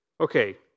Okay